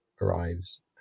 arrives